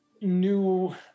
New